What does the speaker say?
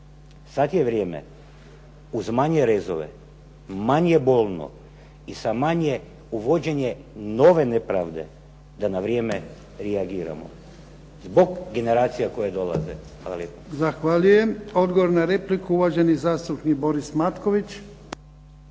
Sada je vrijeme uz manje rezove, manje bolno i sa manje uvođenje nove nepravde da na vrijeme reagiramo. Zbog generacija koje dolaze.